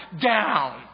down